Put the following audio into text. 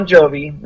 Jovi